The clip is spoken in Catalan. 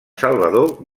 salvador